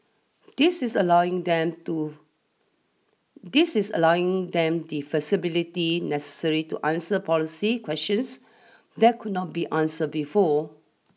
this is allowing them to this is allowing them the flexibility necessary to answer policy questions that could not be answer before